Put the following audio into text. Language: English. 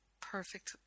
perfect